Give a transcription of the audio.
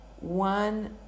one